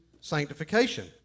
sanctification